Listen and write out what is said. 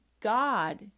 God